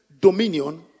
dominion